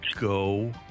go